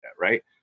right